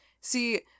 See